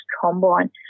combine